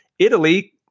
Italy